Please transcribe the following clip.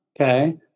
Okay